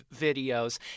videos